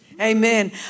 Amen